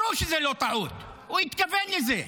ברור שזו לא טעות, הוא התכוון לזה.